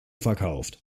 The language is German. verkauft